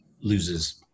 loses